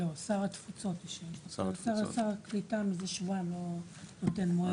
לא, שר הקליטה עוד לא נותן מועד.